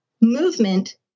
movement